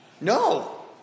No